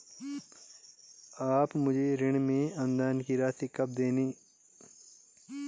आप मुझे ऋण में अनुदान की राशि कब दोगे ऋण पूर्ण भुगतान पर या उससे पहले?